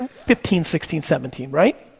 fifteen, sixteen, seventeen, right?